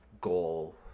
goal